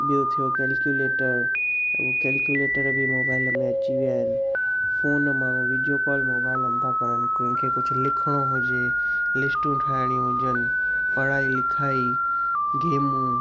ॿियो थियो केल्कुलेटर हूअ केल्कुलेटर बि मोबाइल में अची विया आहिनि फ़ोन माण्हू वीडियो कॉल मोबाइलनि मां था करण कंहिंखे कुझु लिखिणो हुजे लिस्टूं ठाहिणी हुजनि पढ़ाई लिखाई गेमूं